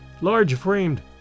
large-framed